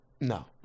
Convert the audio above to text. no